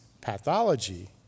pathology